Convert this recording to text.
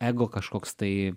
ego kažkoks tai